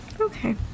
Okay